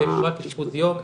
יש שם רק אשפוז יום,